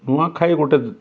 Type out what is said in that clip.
ନୂଆଖାଇ ଗୋଟେ